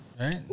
right